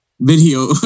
video